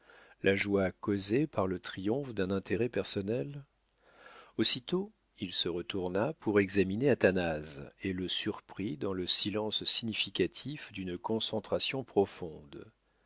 la joie causée par le triomphe d'un intérêt personnel aussitôt il se retourna pour examiner athanase et le surprit dans le silence significatif d'une concentration profonde